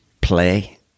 play